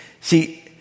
see